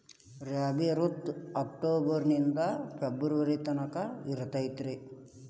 ರಾಬಿ ಋತು ಅಕ್ಟೋಬರ್ ನಿಂದ ಫೆಬ್ರುವರಿ ತನಕ ಇರತೈತ್ರಿ